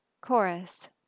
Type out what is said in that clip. chorus